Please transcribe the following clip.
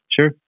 Sure